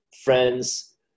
friends